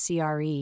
CRE